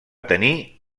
tenir